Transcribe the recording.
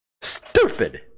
Stupid